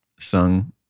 Sung